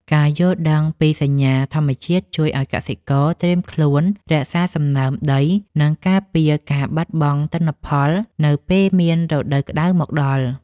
ការយល់ដឹងពីសញ្ញាធម្មជាតិជួយឱ្យកសិករត្រៀមខ្លួនរក្សាសំណើមដី និងការពារការបាត់បង់ទិន្នផលនៅពេលមានរដូវក្តៅមកដល់។